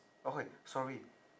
okay sorry